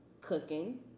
cooking